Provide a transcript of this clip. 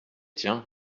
tiens